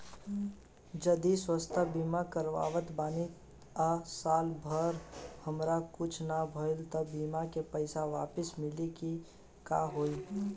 जदि स्वास्थ्य बीमा करावत बानी आ साल भर हमरा कुछ ना भइल त बीमा के पईसा वापस मिली की का होई?